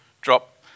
drop